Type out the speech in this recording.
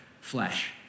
flesh